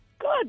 Good